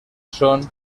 son